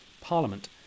Parliament